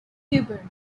cooper